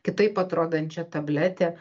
kitaip atrodančią tabletę